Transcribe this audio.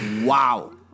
Wow